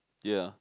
ya